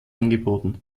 angeboten